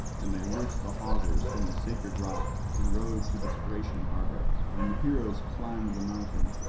and they loosed the hawsers from the sacred rock and rowed to the thracian harbour and the heroes climbed the mountain,